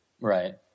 Right